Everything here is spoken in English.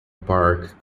park